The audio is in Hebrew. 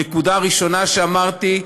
נקודה ראשונה שאמרתי,